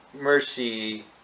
mercy